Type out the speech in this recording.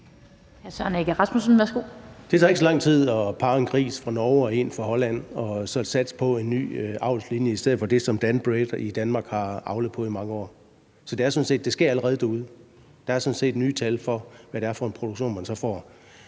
Det tager ikke så lang tid at parre en gris fra Norge og en fra Holland og så satse på en ny avlslinje i stedet for det, som DanBred i Danmark har avlet på i mange år. Så det sker allerede derude. Der er sådan set nye tal for, hvad det er for en produktion, man så får.